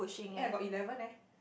eh I got eleven eh